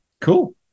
Cool